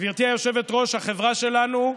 גברתי היושבת-ראש, החברה שלנו,